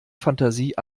fantasie